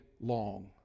long